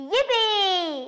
Yippee